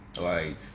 Right